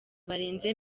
barenze